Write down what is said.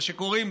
מה שקוראים,